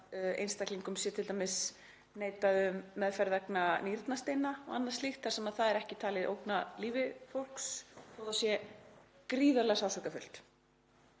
einstaklingum sé til að mynda neitað um meðferð vegna nýrnasteina og annars slíks þar sem það er ekki talið ógna lífi fólks, þótt það sé gríðarlega sársaukafullt.